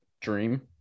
dream